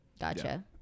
Gotcha